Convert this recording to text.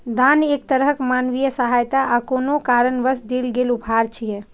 दान एक तरहक मानवीय सहायता आ कोनो कारणवश देल गेल उपहार छियै